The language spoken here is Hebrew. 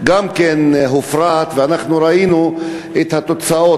גם זה הופרט, ואנחנו ראינו את התוצאות.